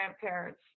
grandparents